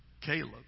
Caleb